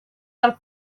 del